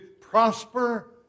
prosper